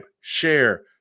share